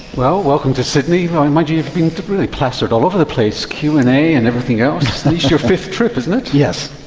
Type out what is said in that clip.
well, welcome to sydney. mind you, you've been really plastered all over the place, q and a and everything else. this is your fifth trip, isn't it? yes.